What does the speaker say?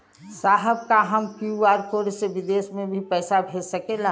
साहब का हम क्यू.आर कोड से बिदेश में भी पैसा भेज सकेला?